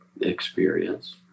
experience